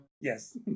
yes